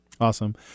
awesome